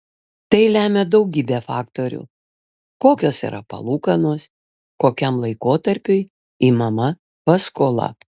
tai lemia daugybė faktorių kokios yra palūkanos kokiam laikotarpiui imama paskola